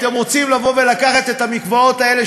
אתם רוצים לקחת את המקוואות האלה,